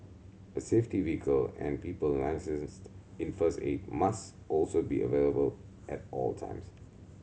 a safety vehicle and people licensed in first aid must also be available at all times